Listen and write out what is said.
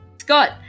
Scott